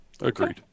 Agreed